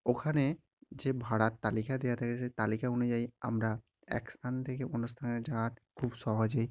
ওখানে যে ভাড়ার তালিকা দেয়া থাকে সে তালিকা অনুযায়ী আমরা এক স্থান থেকে অন্য স্থানে যাওয়া খুব সহজেই